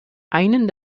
einem